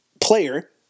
player